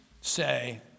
say